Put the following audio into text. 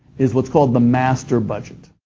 is what's called the master budget,